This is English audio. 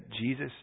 Jesus